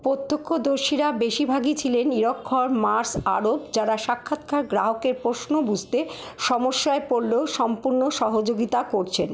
প্রত্যক্ষদর্শীরা বেশিরভাগই ছিলেন নিরক্ষর মার্শ আরব যাঁরা সাক্ষাৎকার গ্রাহকের প্রশ্ন বুঝতে সমস্যায় পড়লেও সম্পূর্ণ সহযোগিতা করছেন